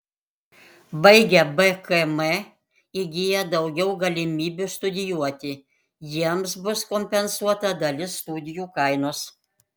baigę bkm įgyja daugiau galimybių studijuoti jiems bus kompensuota dalis studijų kainos